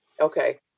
Okay